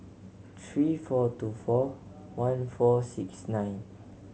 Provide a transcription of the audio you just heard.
three four two four one four six nine